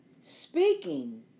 Speaking